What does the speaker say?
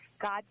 God